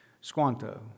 Squanto